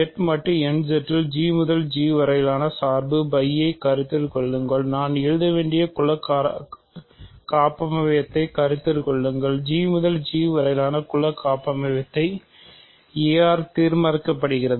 Z மட்டு n Z இல் G முதல் G வரையிலான சார்பு φ ஐ கருத்தில் கொள்ளுங்கள் நான் எழுத வேண்டிய குல காப்பமைவியத்தை கருத்தில் கொள்ளுங்கள் G முதல் G வரையிலான குல காப்பமைவியத்தை a ஆல் தீர்மானிக்கப்படுகிறது